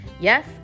Yes